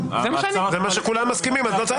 כולם מסכימים על כך.